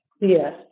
Yes